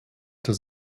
does